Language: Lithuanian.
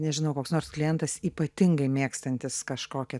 nežinau koks nors klientas ypatingai mėgstantis kažkokią